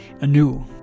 anew